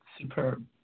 superb